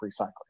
recycling